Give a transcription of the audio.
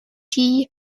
dee